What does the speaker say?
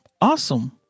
Awesome